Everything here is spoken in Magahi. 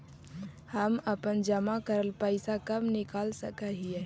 हम अपन जमा करल पैसा कब निकाल सक हिय?